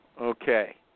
Okay